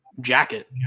jacket